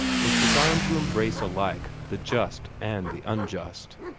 was designed to embrace alike the just and the unjust.